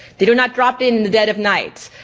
they do not drop in the dead of night.